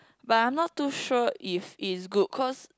but I'm not too sure if it's good cause